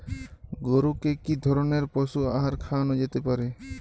গরু কে কি ধরনের পশু আহার খাওয়ানো যেতে পারে?